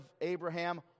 Abraham